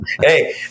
Hey